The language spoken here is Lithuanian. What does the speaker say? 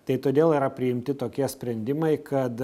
tai todėl yra priimti tokie sprendimai kad